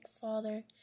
father